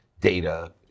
data